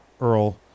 Earl